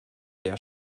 der